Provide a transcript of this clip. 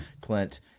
Clint